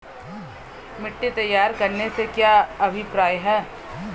मिट्टी तैयार करने से क्या अभिप्राय है?